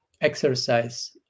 exercise